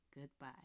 goodbye